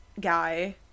guy